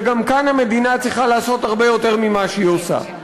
וגם כאן המדינה צריכה לעשות הרבה יותר ממה שהיא עושה.